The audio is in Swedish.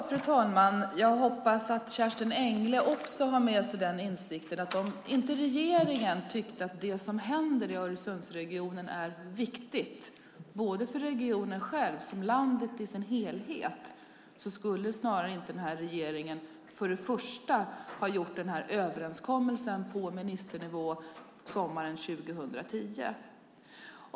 Fru talman! Jag hoppas att Kerstin Engle också har med sig insikten att om inte regeringen tyckte att det som händer i Öresundsregionen är viktigt såväl för regionen som för landet i dess helhet skulle inte regeringen ha gjort den här överenskommelsen på ministernivå sommaren 2010.